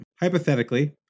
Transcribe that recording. Hypothetically